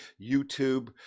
YouTube